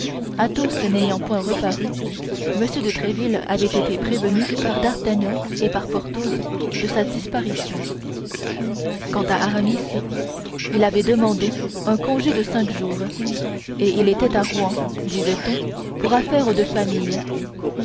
arrivés athos n'ayant point reparu m de tréville avait été prévenu par d'artagnan et par porthos de sa disparition quant à aramis il avait demandé un congé de cinq jours et il était à rouen disait-on pour affaires de famille